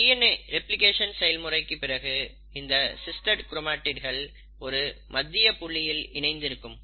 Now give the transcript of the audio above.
DNA replication செயல்முறைக்கு பிறகு இந்த சிஸ்டர் க்ரோமாடிட்கள் ஒரு மத்திய புள்ளியில் இணைந்து இருக்கும்